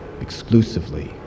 exclusively